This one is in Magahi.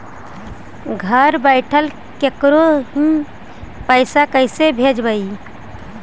घर बैठल केकरो ही पैसा कैसे भेजबइ?